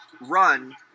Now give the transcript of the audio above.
run